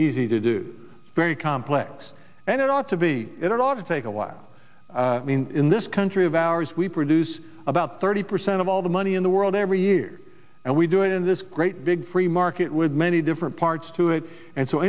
easy to do very complex and it ought to be it ought to take a while in this country of ours we produce about thirty percent of all the money in the world every year and we do it in this great big free market with many different parts to it and so